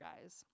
guys